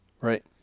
Right